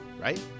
Right